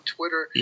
Twitter